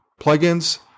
Plugins